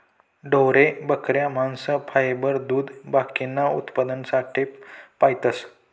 ढोरे, बकऱ्या, मांस, फायबर, दूध बाकीना उत्पन्नासाठे पायतस